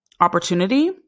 opportunity